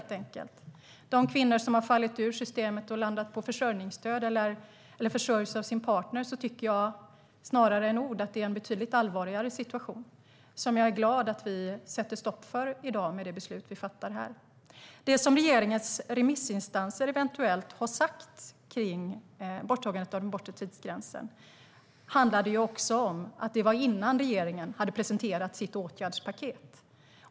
När det gäller kvinnor som har fallit ur systemet och landat på försörjningsstöd eller försörjs av sin partner tycker jag att situationen är ännu allvarligare. Jag är glad över att vi sätter stopp för detta med det beslut vi fattar här i dag. Det som regeringens remissinstanser eventuellt har sagt om borttagandet av den bortre tidsgränsen handlade om sådant som fanns innan regeringen presenterat sitt åtgärdspaket.